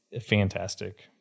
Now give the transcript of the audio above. fantastic